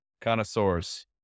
Connoisseurs